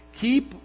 Keep